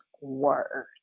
word